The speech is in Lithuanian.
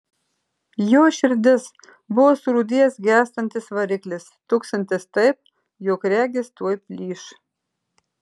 jo širdis buvo surūdijęs gęstantis variklis tuksintis taip jog regis tuoj plyš